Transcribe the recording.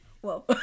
Whoa